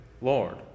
Lord